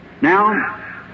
Now